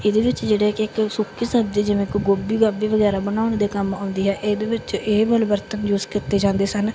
ਇਹਦੇ ਵਿੱਚ ਜਿਹੜੇ ਕਿ ਇੱਕ ਸੁੱਕੀ ਸਬਜ਼ੀ ਜਿਵੇਂ ਕਿ ਗੋਭੀ ਗਾਭੀ ਵਗੈਰਾ ਬਣਾਉਣ ਦੇ ਕੰਮ ਆਉਂਦੀ ਹੈ ਇਹਦੇ ਵਿੱਚ ਇਹ ਵਾਲੇ ਬਰਤਨ ਯੂਜ਼ ਕੀਤੇ ਜਾਂਦੇ ਸਨ